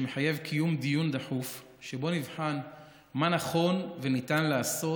שמחייב קיום דיון דחוף שבו נבחן מה נכון וניתן לעשות